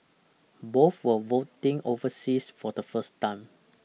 both were voting overseas for the first time